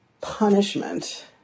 punishment